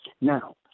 Now